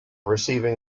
receiving